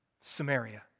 Samaria